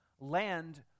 Land